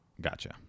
Gotcha